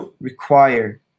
require